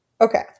Okay